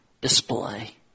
display